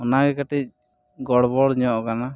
ᱚᱱᱟᱜᱮ ᱠᱟᱹᱴᱤᱡ ᱜᱚᱲᱵᱚᱲ ᱧᱚᱜ ᱟᱠᱟᱱᱟ